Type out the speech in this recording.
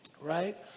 right